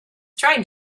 trying